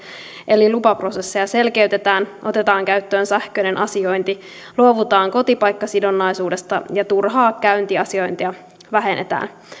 eli selkeytetään lupaprosesseja otetaan käyttöön sähköinen asiointi luovutaan kotipaikkasidonnaisuudesta ja vähennetään turhaa käyntiasiointia